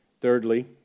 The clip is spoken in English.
Thirdly